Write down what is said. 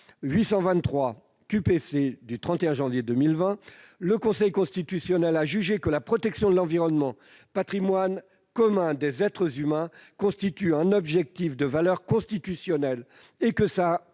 le Conseil constitutionnel a jugé que « la protection de l'environnement, patrimoine commun des êtres humains constitue un objectif de valeur constitutionnelle » et que sa